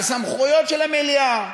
על סמכויות של המליאה,